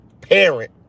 Parent